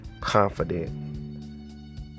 confident